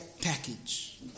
package